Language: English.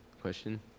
Question